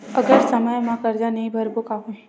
अगर समय मा कर्जा नहीं भरबों का होई?